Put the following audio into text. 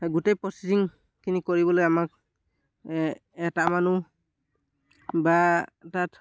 গোটেই প্ৰচেছিংখিনি কৰিবলৈ আমাক এটা মানুহ বা তাত